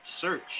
search